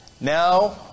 Now –